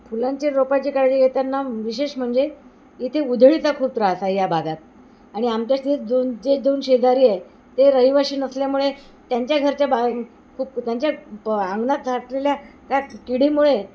फुलांचे रोपाची काळजी घेताना विशेष म्हणजे इथे उधळीचा खूप त्रास आहे या भागात आणि आमच्याशी दोन जे दोन शेजारी आहे ते रहिवासी नसल्यामुळे त्यांच्या घरच्या बा खूप त्यांच्या प अंगणात साठलेल्या त्या किडीमुळे